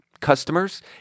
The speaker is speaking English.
Customers